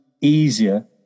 easier